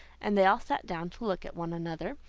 and they all sat down to look at one another,